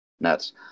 Nuts